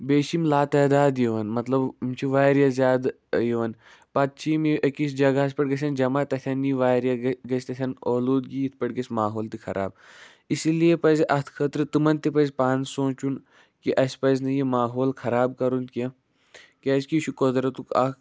بیٚیہِ چھِ یِم لاتٮ۪داد یِوان مطلب یِم چھِ واریاہ زیادٕ یِوان پَتہٕ چھِ یِم أکِس جگہَس پٮ۪ٹھ گژھن جمع تَتھٮ۪ن یہِ واریاہ گے گژھِ تَتھٮ۪ن ٲلوٗدگی یِتھۍ پٲٹھۍ گژھِ ماحول تہِ خراب اسی پَزِ اَتھ خٲطرٕ تِمَن تہِ پَزِ پانہٕ سونچُن کہِ اَسہِ پَزِ نہٕ یہِ ماحول خراب کَرُن کیٚنہہ کیازِ کہِ یہِ چھُ قۄدرَتُک اکھ